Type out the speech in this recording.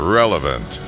relevant